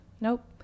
Nope